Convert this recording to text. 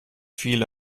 viel